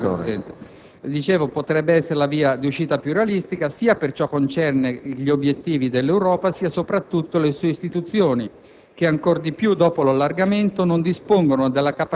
potrebbe essere forse la via d'uscita più realistica.